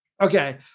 Okay